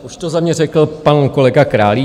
Už to za mě řekl pan kolega Králíček.